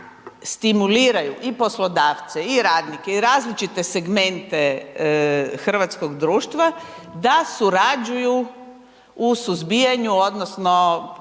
stimuliraju i poslodavce i radnike i različite segmente hrvatskog društva da surađuju u suzbijanju odnosno